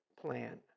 plan